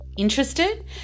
Interested